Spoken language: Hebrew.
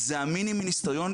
זה המיני מיניסטריון,